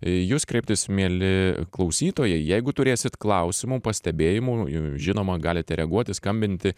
į jus kreiptis mieli klausytojai jeigu turėsit klausimų pastebėjimų jum žinoma galite reaguoti skambinti